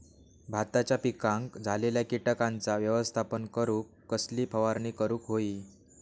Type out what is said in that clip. भाताच्या पिकांक झालेल्या किटकांचा व्यवस्थापन करूक कसली फवारणी करूक होई?